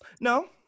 no